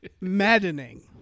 maddening